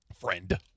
Friend